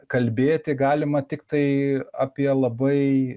kalbėti galima tiktai apie labai